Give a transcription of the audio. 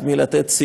את יודעת,